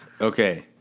Okay